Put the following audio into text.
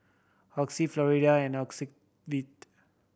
Oxy Floxia and Ocuvite